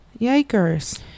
Yikers